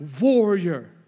warrior